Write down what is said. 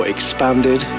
Expanded